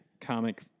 Comic